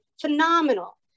Phenomenal